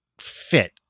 fit